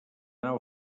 nau